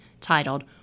titled